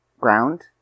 ground